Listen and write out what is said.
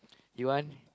you want